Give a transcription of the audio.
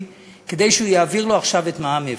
כדי שהוא יעביר לו עכשיו את מע"מ אפס?